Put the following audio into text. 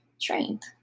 trained